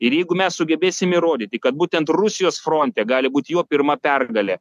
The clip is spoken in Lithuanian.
ir jeigu mes sugebėsim įrodyti kad būtent rusijos fronte gali būt jo pirma pergalė